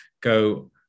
go